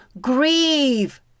grieve